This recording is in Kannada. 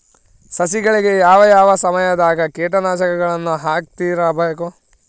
ಸಸಿಗಳಿಗೆ ಯಾವ ಯಾವ ಸಮಯದಾಗ ಕೇಟನಾಶಕಗಳನ್ನು ಹಾಕ್ತಿರಬೇಕು?